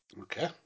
okay